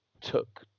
took